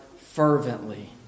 fervently